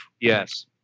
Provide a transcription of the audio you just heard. Yes